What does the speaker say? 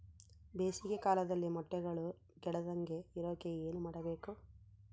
ಬೇಸಿಗೆ ಕಾಲದಲ್ಲಿ ಮೊಟ್ಟೆಗಳು ಕೆಡದಂಗೆ ಇರೋಕೆ ಏನು ಮಾಡಬೇಕು?